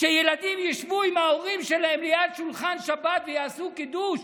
שילדים ישבו עם ההורים שלהם ליד שולחן שבת ויעשו קידוש,